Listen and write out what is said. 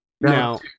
now